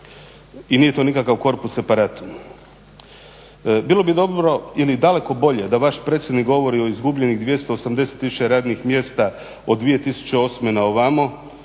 I nije to nikakav corpus separatum. Bilo bi dobro ili daleko bolje da vaš predsjednik govori o izgubljenih 280 000 radnih mjesta od 2008. na ovamo